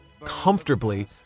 comfortably